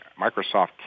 Microsoft